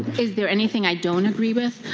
is there anything i don't agree with?